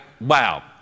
Wow